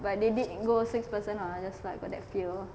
but they did go six person ah just that got that feel